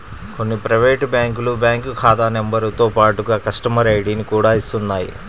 కొన్ని ప్రైవేటు బ్యాంకులు బ్యాంకు ఖాతా నెంబరుతో పాటుగా కస్టమర్ ఐడిని కూడా ఇస్తున్నాయి